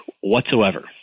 whatsoever